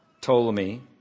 Ptolemy